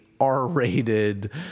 R-rated